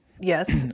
Yes